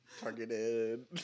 targeted